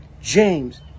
James